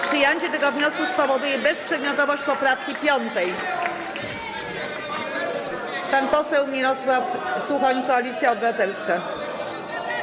Przyjęcie tego wniosku spowoduję bezprzedmiotowość poprawki 5. Pan poseł Mirosław Suchoń, Koalicja Obywatelska.